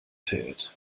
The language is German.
verirrt